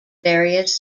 various